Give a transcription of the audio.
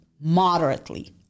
moderately